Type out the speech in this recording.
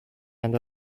and